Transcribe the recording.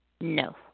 no